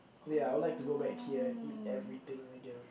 ya I would like to go back here and eat everything again